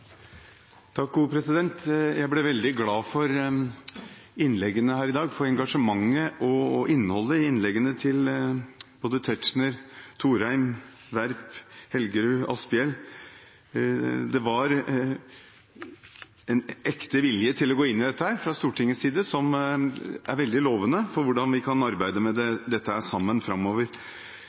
Jeg ble veldig glad for innleggene her i dag, for engasjementet og innholdet i innleggene til representantene Tetzschner, Thorheim, Werp, Helgerud og Asphjell. Det var en ekte vilje til å gå inn i dette fra Stortingets side som er veldig lovende for hvordan vi kan arbeide med dette sammen framover.